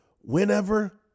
whenever